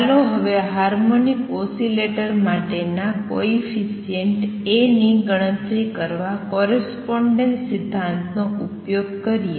ચાલો હવે harmonic oscillator માટેના કોએફિસિએંટ A ની ગણતરી કરવા કોરસ્પોંડેન્સ સિદ્ધાંતનો ઉપયોગ કરીએ